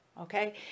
okay